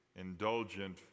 indulgent